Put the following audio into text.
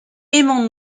aimons